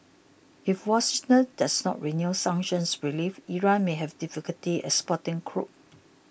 if Washington does not renew sanctions relief Iran may have difficulty exporting crude